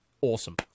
Awesome